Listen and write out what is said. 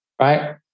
right